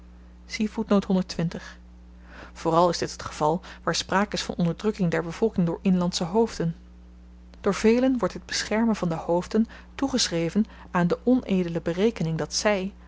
vooral is dit het geval waar spraak is van onderdrukking der bevolking door inlandsche hoofden door velen wordt dit beschermen van de hoofden toegeschreven aan de onedele berekening dat zy